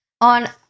on